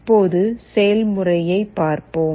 இப்போது செயல் முறையை பார்ப்போம்